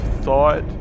thought